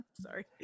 sorry